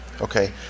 Okay